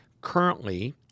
Currently